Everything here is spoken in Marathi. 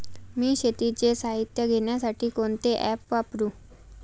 मी शेतीचे साहित्य घेण्यासाठी कोणते ॲप वापरु?